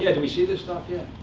yeah and we see this stuff? yeah.